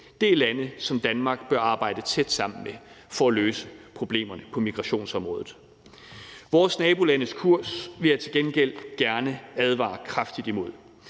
Det er lande, som Danmark bør arbejde tæt sammen med for at løse problemerne på migrationsområdet. Vores nabolandes kurs vil jeg til gengæld gerne advare kraftigt imod.